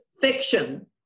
fiction